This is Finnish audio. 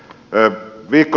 en tiedä